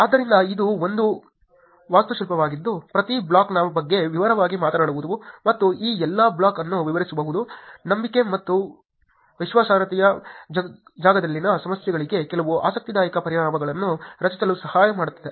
ಆದ್ದರಿಂದ ಇದು ಒಂದು ವಾಸ್ತುಶಿಲ್ಪವಾಗಿದ್ದು ಪ್ರತಿ ಬ್ಲಾಕ್ನ ಬಗ್ಗೆ ವಿವರವಾಗಿ ಮಾತನಾಡುವುದು ಮತ್ತು ಈ ಎಲ್ಲಾ ಬ್ಲಾಕ್ ಅನ್ನು ವಿವರಿಸುವುದು ನಂಬಿಕೆ ಮತ್ತು ವಿಶ್ವಾಸಾರ್ಹತೆಯ ಜಾಗದಲ್ಲಿನ ಸಮಸ್ಯೆಗಳಿಗೆ ಕೆಲವು ಆಸಕ್ತಿದಾಯಕ ಪರಿಹಾರಗಳನ್ನು ರಚಿಸಲು ಸಹಾಯ ಮಾಡುತ್ತದೆ